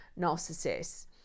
narcissists